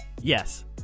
Yes